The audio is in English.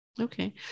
Okay